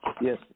Yes